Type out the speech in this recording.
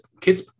kids